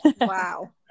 Wow